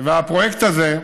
והפרויקט הזה,